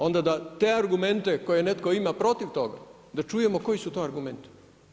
Onda da te argumente koje netko ima protiv toga da čujemo koji su to argumenti.